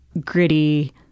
gritty